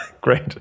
great